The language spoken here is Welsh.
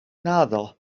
naddo